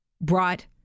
brought